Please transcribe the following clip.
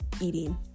eating